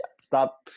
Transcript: stop